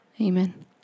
Amen